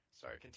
Sorry